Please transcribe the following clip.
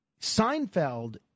Seinfeld